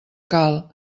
cal